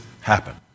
happen